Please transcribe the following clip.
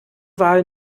wahl